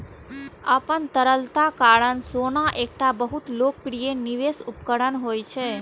अपन तरलताक कारण सोना एकटा बहुत लोकप्रिय निवेश उपकरण होइ छै